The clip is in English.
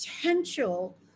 potential